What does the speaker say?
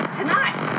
tonight